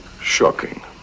Shocking